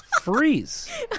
freeze